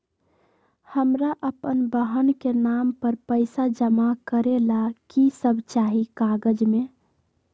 हमरा अपन बहन के नाम पर पैसा जमा करे ला कि सब चाहि कागज मे?